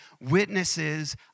witnesses